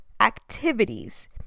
activities